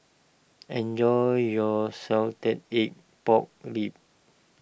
enjoy your Salted Egg Pork Ribs